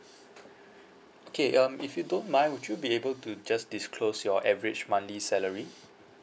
okay um if you don't mind would you be able to just disclose your average monthly salary